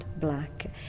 black